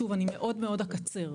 שוב, אני מאוד אקצר.